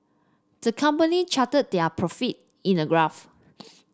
the company charted their profit in a graph